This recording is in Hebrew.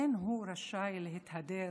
אין הוא רשאי להתהדר